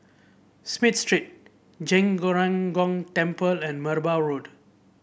Smith Street Zhen Ren Gong Temple and Merbau Road